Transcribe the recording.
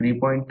3 0